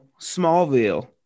Smallville